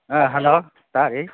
ꯑ ꯍꯂꯣ ꯇꯥꯔꯤ